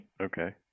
Okay